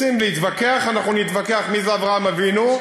רוצים להתווכח, אנחנו נתווכח מי זה אברהם אבינו,